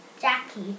Jackie